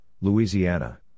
Louisiana